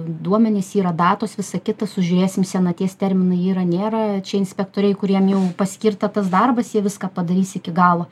duomenys yra datos visa kita su žiūrėsim senaties terminai yra nėra čia inspektoriai kuriem jau paskirta tas darbas jie viską padarys iki galo